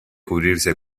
cubrirse